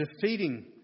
defeating